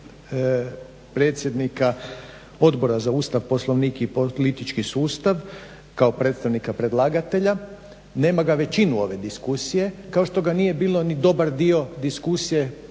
predsjednika Odbora za Ustav, Poslovnik i politički sustav kao predstavnika predlagatelja. Nema ga većinu ove diskusije kao što ga nije bilo ni dobar dio diskusije